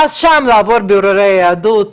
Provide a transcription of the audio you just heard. ואז שם לעבור בירורי יהדות,